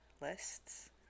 lists